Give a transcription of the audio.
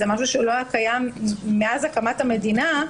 זה משהו שלא היה קיים מאז הקמת המדינה,